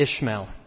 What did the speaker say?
Ishmael